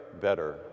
better